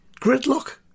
gridlock